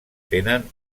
tenen